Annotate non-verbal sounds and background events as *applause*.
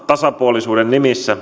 tasapuolisuuden nimissä *unintelligible*